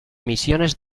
misiones